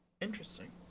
interesting